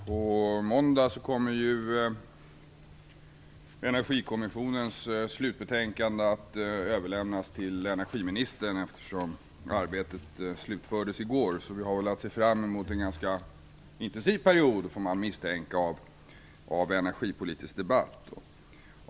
Fru talman! På måndag kommer Energikommissionens slutbetänkande att överlämnas till energiministern; arbetet slutfördes i går. Vi har väl, får man misstänka, att se fram emot en ganska intensiv period av energipolitisk debatt.